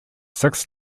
six